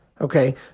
Okay